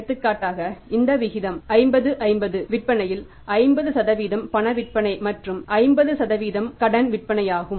எடுத்துக்காட்டாக இந்த விகிதம் 50 50 விற்பனையில் 50 பண விற்பனை மற்றும் 50 கடன் விற்பனையாகும்